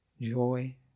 joy